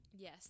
Yes